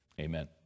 Amen